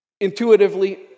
Intuitively